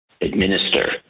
administer